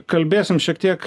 kalbėsim šiek tiek